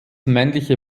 männliche